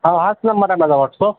हो हाच नंबर माझा वॉट्सअप